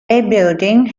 building